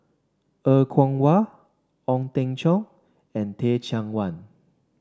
Er Kwong Wah Ong Teng Cheong and Teh Cheang Wan